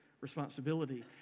responsibility